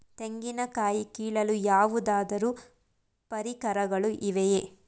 ತೆಂಗಿನ ಕಾಯಿ ಕೀಳಲು ಯಾವುದಾದರು ಪರಿಕರಗಳು ಇವೆಯೇ?